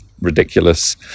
ridiculous